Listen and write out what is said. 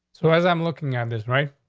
so as i'm looking at this right,